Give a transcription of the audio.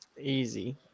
Easy